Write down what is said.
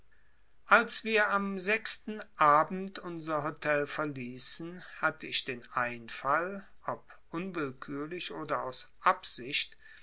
als wir am sechsten abend unser hotel verließen hatte ich den einfall ob unwillkürlich oder aus absicht